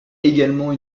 également